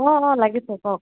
অঁ অঁ লাগিছে কওক